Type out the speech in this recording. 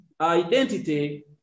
identity